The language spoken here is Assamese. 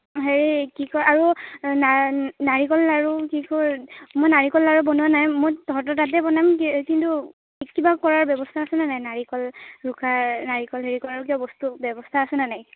হেৰি কি কয় আৰু না নাৰিকল লাৰু কি কয় মই নাৰিকল লাৰু বনোৱা নাই মই তহঁতৰ তাতে বনাম কি কিন্তু কিবা কৰাৰ ব্যৱস্থা আছেনে নাই নাৰিকল ৰুকাৰ নাৰিকল হেৰি কৰাৰ কিবা বস্তু ব্যৱস্থা আছেনে নাই